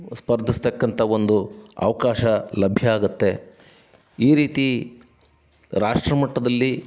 ಸ್ಪರ್ಧಿಸತಕ್ಕಂಥ ಒಂದು ಅವಕಾಶ ಲಭ್ಯ ಆಗುತ್ತೆ ಈ ರೀತಿ ರಾಷ್ಟ್ರಮಟ್ಟದಲ್ಲಿ